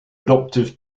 adoptive